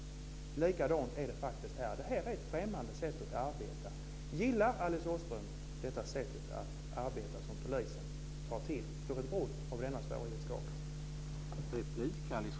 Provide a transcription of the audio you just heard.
Likadant är det här. Det är ett rätt främmande sätt att arbeta. Gillar Alice Åström detta sätt att arbeta på hos polisen för ett brott av denna svårighetsskala?